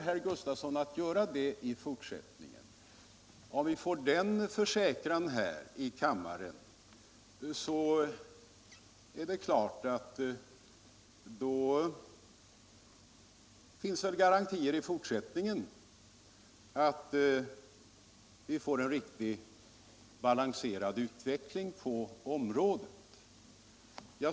Om vi får en försäkran här i kammaren att så blir fallet, är det klart att det väl finns garantier i fortsättningen att vi får en riktig och balanserad utveckling på området.